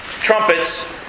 trumpets